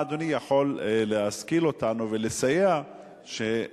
במה אדוני יכול להשכיל אותנו ולסייע שכוכביות